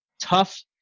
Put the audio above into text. tough